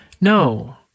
No